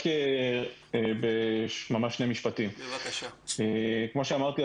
כמו שאמרתי,